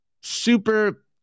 super